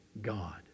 God